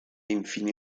infine